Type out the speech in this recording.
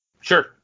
sure